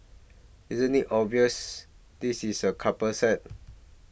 isn't it obvious this is a couple set